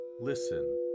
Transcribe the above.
listen